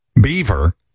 Beaver